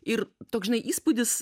ir toks žinai įspūdis